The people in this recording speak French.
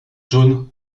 john